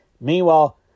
Meanwhile